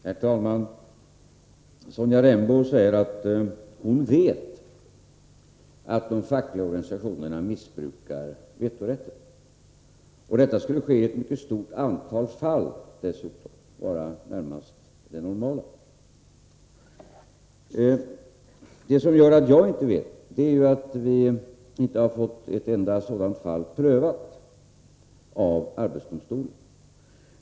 Herr talman! Sonja Rembo säger att hon vet att de fackliga organisationerna missbrukar vetorätten. Detta skulle dessutom ske i ett mycket stort antal fall och vara närmast det normala. Det som gör att inte jag kan säga att jag vet detta är att vi inte har fått något enda sådant fall prövat av arbetsdomstolen.